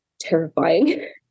terrifying